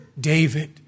David